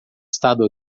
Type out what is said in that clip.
estado